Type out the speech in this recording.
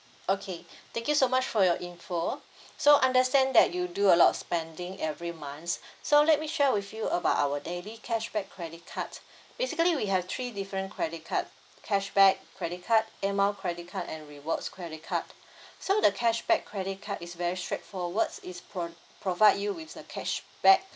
okay thank you so much for your info so understand that you do a lot of spending every months so let me share with you about our daily cashback credit card basically we have three different credit card cashback credit card air mile credit card and rewards credit card so the cashback credit card is very straight forward it's pro~ provide you with the cashback